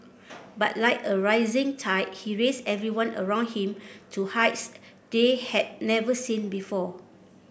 but like a rising tide he raised everyone around him to heights they had never seen before